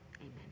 amen